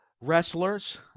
wrestlers